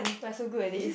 we are so good at this